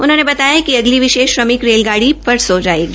उन्होंने बताया कि अगली विशेष श्रमिक रेलगाड़ी परसों जायेगी